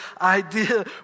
idea